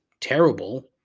terrible